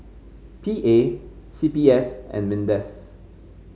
P A C P F and Mindef